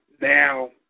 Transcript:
now